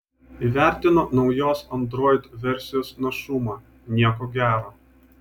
įvertino naujos android versijos našumą nieko gero